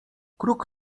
kruk